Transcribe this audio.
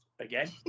again